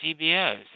CBS